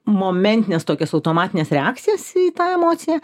momentines tokias automatines reakcijas į tą emociją